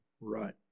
Right